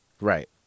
Right